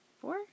Four